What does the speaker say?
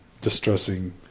distressing